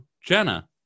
Jenna